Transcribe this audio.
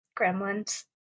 Gremlins